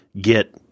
get